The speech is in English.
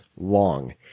long